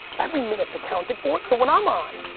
every minute's accounted for, so when i'm on,